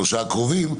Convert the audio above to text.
שלושה הקרובים,